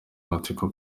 amatsiko